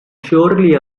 surely